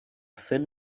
fin